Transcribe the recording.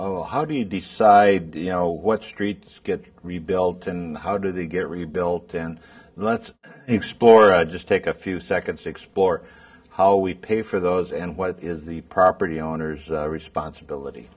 oh how do you decide you know what streets get rebuilt and how do they get rebuilt then let's explore just take a few seconds to explore how we pay for those and what is the property owner's responsibility